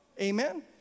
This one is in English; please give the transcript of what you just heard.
Amen